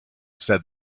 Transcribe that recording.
said